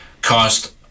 cost